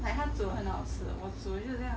like 他煮很好吃我煮的好像